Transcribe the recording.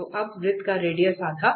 तो अब वृत्त का रेडियस आधा